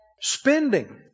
Spending